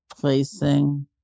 placing